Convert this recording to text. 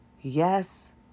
Yes